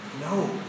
No